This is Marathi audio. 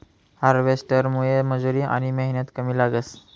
हार्वेस्टरमुये मजुरी आनी मेहनत कमी लागस